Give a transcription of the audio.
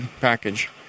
package